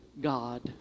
God